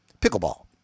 pickleball